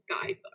guidebook